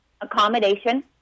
accommodation